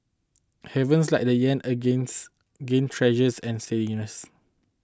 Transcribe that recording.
havens like the yen against again treasuries and steadied nice